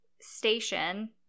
station –